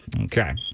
Okay